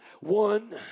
one